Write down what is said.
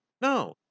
No